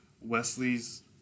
Wesley's